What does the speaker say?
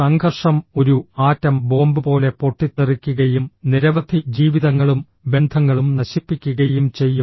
സംഘർഷം ഒരു atom bomb പോലെ പൊട്ടിത്തെറിക്കുകയും നിരവധി ജീവിതങ്ങളും ബന്ധങ്ങളും നശിപ്പിക്കുകയും ചെയ്യും